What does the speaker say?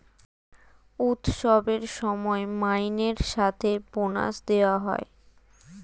উৎসবের সময় মাইনের সাথে বোনাস দেওয়া হয়